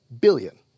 billion